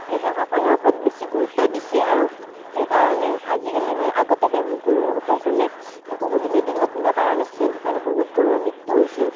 সেয়েহে সকলোৰ ওপৰত বেছি গুৰুত্ব দিছে আৰু সেইকাৰণে আজিকালি মানে আগতে বে গৰুৰ অসুখ হ'লে অসুখ হ'লে মেডিকেলত নিবা পৰা নাছিল সেইকাৰণে বহুত গৰুৰ মৃত্যু হৈছিল